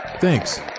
thanks